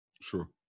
Sure